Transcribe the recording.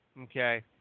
Okay